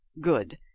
good